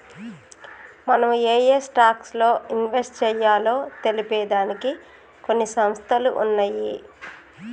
మనం ఏయే స్టాక్స్ లో ఇన్వెస్ట్ చెయ్యాలో తెలిపే దానికి కొన్ని సంస్థలు ఉన్నయ్యి